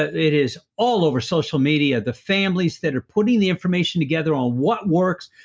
it is all over social media, the families that are putting the information together on what works,